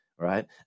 Right